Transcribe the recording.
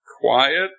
quiet